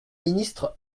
ministre